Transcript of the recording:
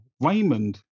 Raymond